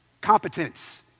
Competence